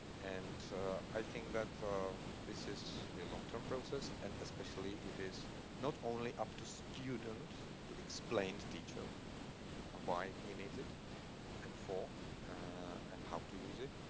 and i think that this is the long-term process. and especially it is not only up to student to explain to teacher why he needs it and for and how to use it.